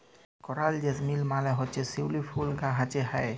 করাল জেসমিল মালে হছে শিউলি ফুল গাহাছে হ্যয়